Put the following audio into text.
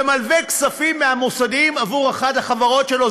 ולווה כספים מהמוסדיים בעבור אחת החברות שלו,